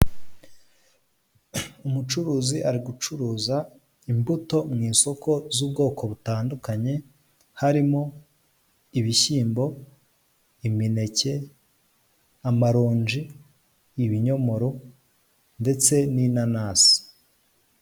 Umucuruzi ari gucuruza imbuto mu isoko z'ubwoko butandukanye harimo ibishyimbo, imineke, amaronji, ibinyomoro ndetse n'inanasi.